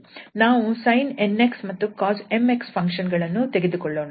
ನಾವು sin 𝑛𝑥 ಮತ್ತು cos 𝑚𝑥 function ಗಳನ್ನು ತೆಗೆದುಕೊಳ್ಳೋಣ